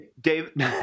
David